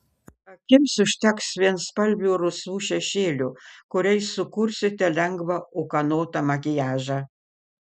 akims užteks vienspalvių rusvų šešėlių kuriais sukursite lengvą ūkanotą makiažą